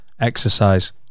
exercise